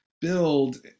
build